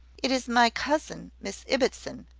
it is my cousin, miss ibbotson,